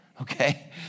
okay